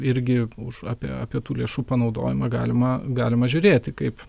irgi už apie apie tų lėšų panaudojimą galima galima žiūrėti kaip